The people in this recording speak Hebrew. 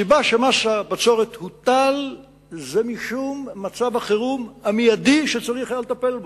הסיבה שמס הבצורת הוטל היא מצב החירום המיידי שצריך היה לטפל בו.